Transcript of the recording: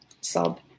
sub